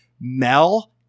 Mel